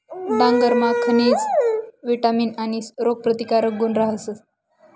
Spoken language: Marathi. डांगरमा खनिज, विटामीन आणि रोगप्रतिकारक गुण रहातस